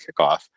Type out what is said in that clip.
kickoff